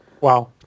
Wow